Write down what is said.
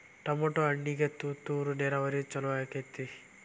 Tomato ಹಣ್ಣಿಗೆ ತುಂತುರು ನೇರಾವರಿ ಛಲೋ ಆಕ್ಕೆತಿ?